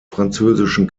französischen